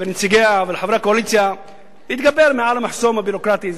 לנציגיה ולחברי הקואליציה להתגבר על המחסום הביורוקרטי.